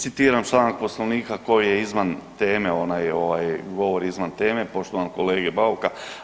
citiram članak Poslovnika koji je izvan teme, onaj, ovaj govori izvan teme poštovanog kolege Bauka.